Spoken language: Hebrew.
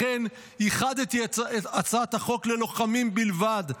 לכן ייחדתי את הצעת החוק ללוחמים בלבד,